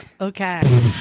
Okay